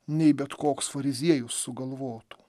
nei bet koks fariziejus sugalvotų